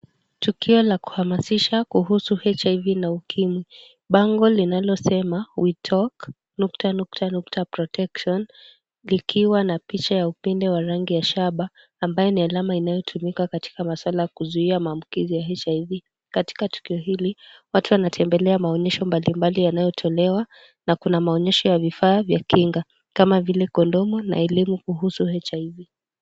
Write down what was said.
Tukio la kuhamasisha kuhusu HIV na ukimwi . Bango linalosema we talk ... protection likiwa na picha ya upinde wa rangi ya shaba ambaye ni alama inayotumika katika maswala ya kuzuia maambukizi ya HIV. Katika tukio hili watu wanatembelea maonyesho mbalimbali yanayotolewa na kuna maonyesho ya vifaa na kinga kama vile kondomu na elimu kuhusu HIV.